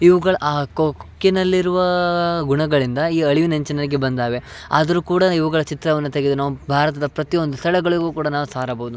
ಇವುಗಳ್ ಆ ಕೊಕ್ಕಿನಲ್ಲಿರುವಾ ಗುಣಗಳಿಂದ ಈ ಅಳಿವಿನಂಚಿನಗೆ ಬಂದಾವೆ ಆದ್ರು ಕೂಡ ಇವುಗಳ ಚಿತ್ರವನ್ನು ತೆಗೆದು ನಾವು ಭಾರತದ ಪ್ರತಿ ಒಂದು ಸ್ತಳಗಳಿಗೂ ಕೂಡ ನಾವು ಸಾರಬೌದು